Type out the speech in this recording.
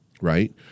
right